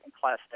Class